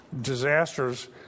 disasters